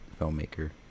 filmmaker